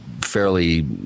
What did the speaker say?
fairly